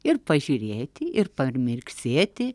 ir pažiūrėti ir pamirksėti